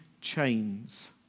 chains